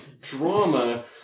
drama